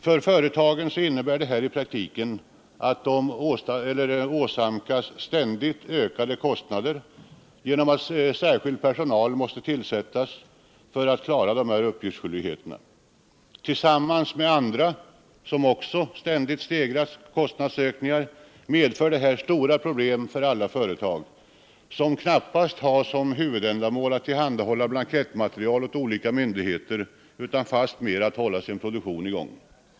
För företagen innebär det här i praktiken att de åsamkas ständigt ökade kostnader genom att särskild personal måste tillsättas för att klara dessa uppgiftsskyldigheter. Tillsammans med andra ständigt stegrande kostnadsökningar medför detta stora problem för alla företag, vilka ju knappast har till huvuduppgift att tillhandahålla blankettmaterial åt olika myndigheter, utan fastmer att hålla sin produktion i gång.